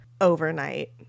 overnight